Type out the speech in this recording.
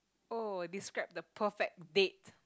oh describe the perfect date